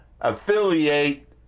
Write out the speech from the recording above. affiliate